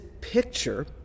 picture